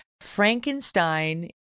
Frankenstein